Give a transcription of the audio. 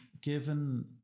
given